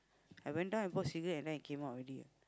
I went down and bought cigarette and then I came up already